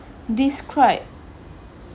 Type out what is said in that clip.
describe